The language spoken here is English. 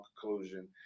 conclusion